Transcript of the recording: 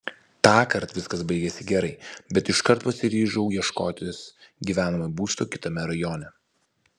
tąkart viskas baigėsi gerai bet iškart pasiryžau ieškotis gyvenamojo būsto kitame rajone